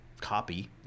copy